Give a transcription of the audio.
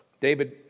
David